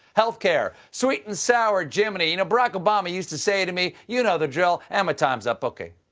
healthcare sweet and sour, jiminy. and barack obama used to say to me, you know the drill, and my time's up. okay.